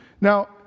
Now